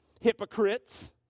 hypocrites